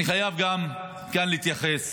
אני חייב כאן גם להתייחס